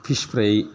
fish fry